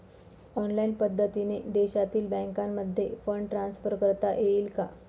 Online पद्धतीने देशातील बँकांमध्ये फंड ट्रान्सफर करता येईल का?